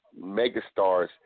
megastars